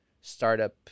startup